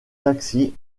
taxis